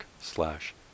slash